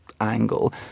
angle